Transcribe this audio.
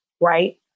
right